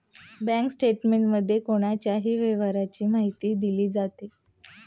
bank स्टेटमेंटमध्ये कोणाच्याही व्यवहाराची माहिती दिली जाते